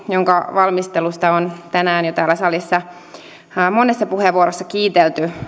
jonka valmistelusta on tänään täällä salissa jo monessa puheenvuorossa kiitelty